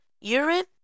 urine